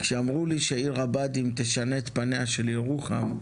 כשאמרו לי שעיר הבה"דים תשנה את פניה של ירוחם,